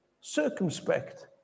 Circumspect